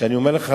ואני אומר לך,